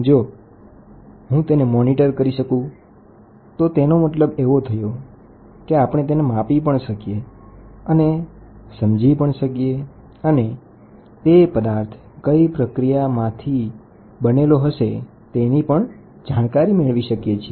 જો હું તેને મૉનિટર કરી શકુ તો આનો મતલબ હું એને માપી શકું અને સમજી શકું અને તે પદાર્થ કઈ પ્રક્રિયામાંથી બનેલો છે તે પણ જાણકારી મેળવી શકું